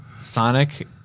Sonic